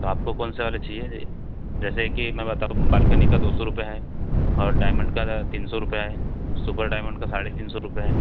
तो आपको कौन सा वाला चाहिए है जैसे कि मैं बताऊँ बाल्कनी का दो सौ रुपया है और डायमंड का तीन सौ रुपया है सुपर डायमंड का साढ़े तीन सौ रुपये है